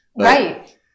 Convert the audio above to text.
Right